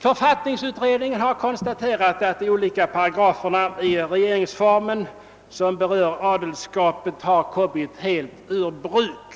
Författningsutredningen har konstaterat att de olika paragraferna i regeringsformen som berör adelskapet har kommit helt ur bruk.